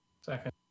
Second